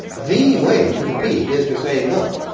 the way to compete is to say, look,